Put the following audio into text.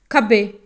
ਖੱਬੇ